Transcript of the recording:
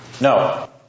No